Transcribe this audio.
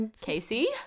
Casey